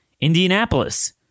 Indianapolis